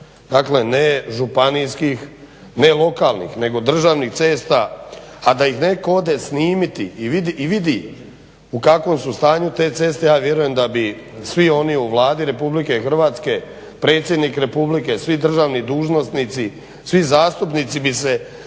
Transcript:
dakle ne županijskih ne lokalnih nego državnih cesta, a da ih netko ode snimiti i vidi u kakvom su stanju te ceste ja vjerujem da bi svi oni u Vladi RH predsjednik Republike, svi državni dužnosnici, svi zastupnici bi se